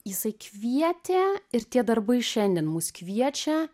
jisai kvietė ir tie darbai šiandien mus kviečia